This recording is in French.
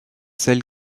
celle